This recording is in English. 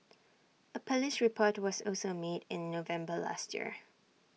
A Police report was also made in November last year